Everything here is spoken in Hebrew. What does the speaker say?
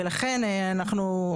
ולכן אנחנו,